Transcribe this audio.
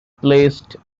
placed